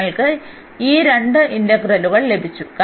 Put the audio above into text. ഞങ്ങൾക്ക് ഈ രണ്ട് ഇന്റഗ്രലുകൾ ലഭിച്ചു